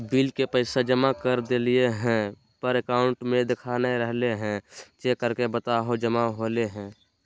Bill के पैसा जमा कर देलियाय है पर अकाउंट में देखा नय रहले है, चेक करके बताहो जमा होले है?